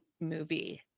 movie